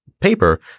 paper